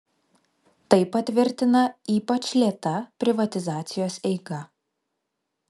tai patvirtina ypač lėta privatizacijos eiga